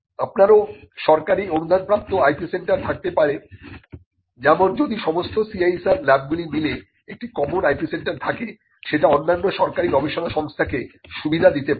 আপনারও সরকারি অনুদানপ্রাপ্ত IP সেন্টার থাকতে পারে যেমন যদি সমস্ত CSIR ল্যাবগুলি মিলে একটি কমন IP সেন্টার থাকে সেটা অন্যান্য সরকারি গবেষণা সংস্থাকে সুবিধা দিতে পারে